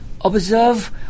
observe